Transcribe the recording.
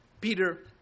Peter